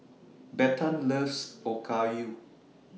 Bethann loves Okayu